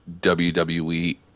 WWE